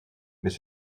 mais